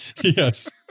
yes